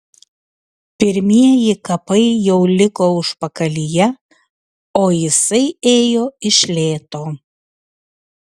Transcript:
pirmieji kapai jau liko užpakalyje o jisai ėjo iš lėto